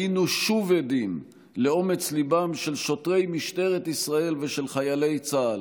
היינו שוב עדים לאומץ ליבם של שוטרי משטרת ישראל ושל חיילי צה"ל,